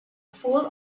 fool